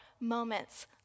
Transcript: moments